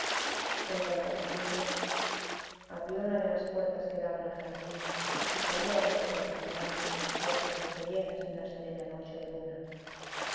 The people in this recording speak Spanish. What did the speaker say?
en cuanto a cecilia abrió una de las puertas que daban al jardín y salió a este contemplando extasiada las bellezas de una serena noche de luna